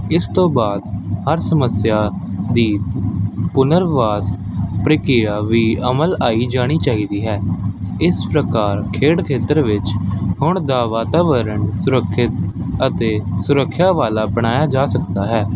ਇਸ ਤੋਂ ਬਾਅਦ ਹਰ ਸਮੱਸਿਆ ਦੀ ਪੁਨਰਵਾਸ ਪ੍ਰਕਿਰਿਆ ਵੀ ਅਮਲ ਆਈ ਜਾਣੀ ਚਾਹੀਦੀ ਹੈ ਇਸ ਪ੍ਰਕਾਰ ਖੇਡ ਖੇਤਰ ਵਿੱਚ ਹੁਣ ਦਾ ਵਾਤਾਵਰਣ ਸੁਰੱਖਿਅਤ ਅਤੇ ਸੁਰੱਖਿਆ ਵਾਲਾ ਬਣਾਇਆ ਜਾ ਸਕਦਾ ਹੈ